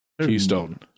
Keystone